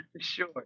Sure